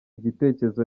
igitekerezo